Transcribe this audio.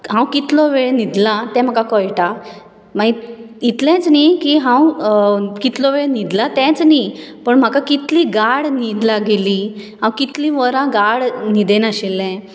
हांव कितलो वेळ न्हिदलां तें म्हाका कळटा मागीर इतलेंच न्ही की हांव कितलो वेळ न्हिदलां तेंच न्ही पण म्हाका कितली गाड न्हीद लागिल्ली हांव कितलीं वरां गाड न्हिदेन आशिल्लें